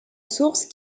source